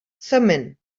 thummim